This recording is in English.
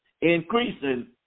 increasing